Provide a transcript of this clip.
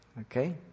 Okay